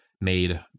made